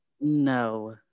no